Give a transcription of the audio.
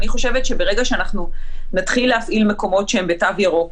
אני חושבת שברגע שאנחנו נתחיל להפעיל מקומות שהם בתו ירוק,